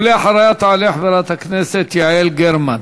ואחריה, חברת הכנסת יעל גרמן.